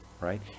right